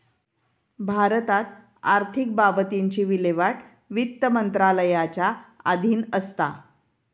भारतात आर्थिक बाबतींची विल्हेवाट वित्त मंत्रालयाच्या अधीन असता